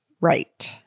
Right